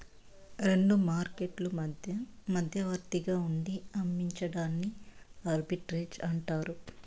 రెండు మార్కెట్లు మధ్య మధ్యవర్తిగా ఉండి అమ్మించడాన్ని ఆర్బిట్రేజ్ అంటారు